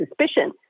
suspicion